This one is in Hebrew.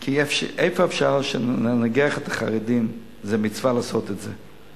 כי איפה שאפשר לנגח את החרדים זו מצווה לעשות את זה.